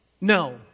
No